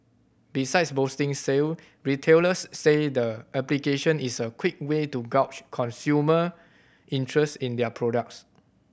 besides boosting sale retailers say the application is a quick way to gauge consumer interest in their products